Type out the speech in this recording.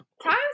Times